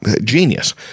genius